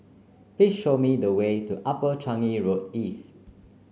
please show me the way to Upper Changi Road East